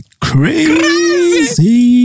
crazy